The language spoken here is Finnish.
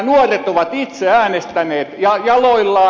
nuoret ovat itse äänestäneet jaloillaan